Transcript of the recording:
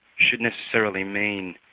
should necessarily mean